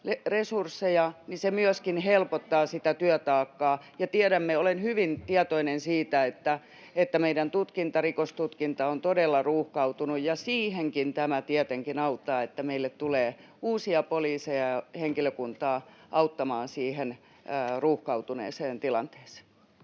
resursseja, se myöskin helpottaa sitä työtaakkaa. Olen hyvin tietoinen siitä, että meidän rikostutkinta on todella ruuhkautunut, ja siihenkin tämä tietenkin auttaa, että meille tulee uusia poliiseja ja henkilökuntaa auttamaan siihen ruuhkautuneeseen tilanteeseen.